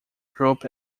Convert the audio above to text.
group